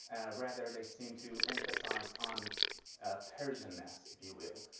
rather they seem to emphasize on ah persianness if you will.